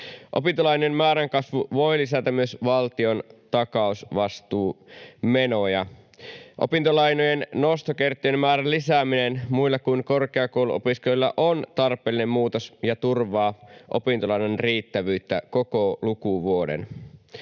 Opintolainojen määrän kasvu voi lisätä myös valtion takausvastuumenoja. Opintolainojen nostokertojen määrän lisääminen muille kuin korkeakouluopiskelijoille on tarpeellinen muutos ja turvaa opintolainan riittävyyttä koko lukuvuoden.